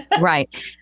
Right